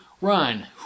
run